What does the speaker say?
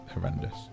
horrendous